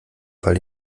fall